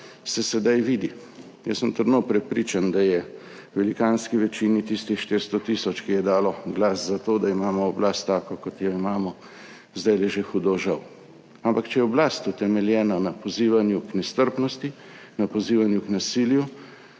se sedaj vidi. Jaz sem trdno prepričan, da je velikanski večini od tistih 400 tisoč, ki so dali glas za to, da imamo oblast tako, kot jo imamo, zdajle že hudo žal. Ampak če je oblast utemeljena na pozivanju k nestrpnosti, na pozivanju k nasilju,